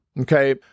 okay